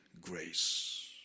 grace